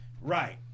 Right